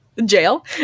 jail